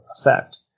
effect